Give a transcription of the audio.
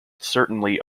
certainly